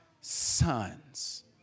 sons